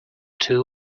too